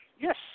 Yes